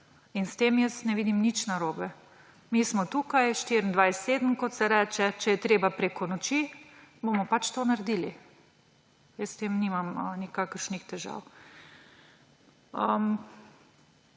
S tem, jaz menim, ni nič narobe. Mi smo tukaj 24/7, kot se reče. Če je treba preko noči, bomo pač to naredili. Jaz s tem nimam nikakršnih težav.